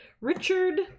Richard